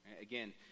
Again